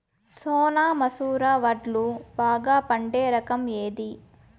సోనా మసూర వడ్లు బాగా పండే రకం ఏది